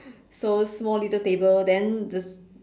so small little table then the